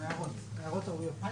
אתם